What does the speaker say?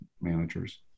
managers